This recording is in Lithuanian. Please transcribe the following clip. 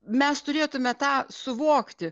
mes turėtume tą suvokti